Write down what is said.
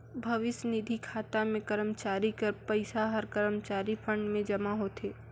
भविस्य निधि खाता में करमचारी कर पइसा हर करमचारी फंड में जमा होथे